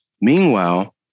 Meanwhile